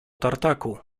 tartaku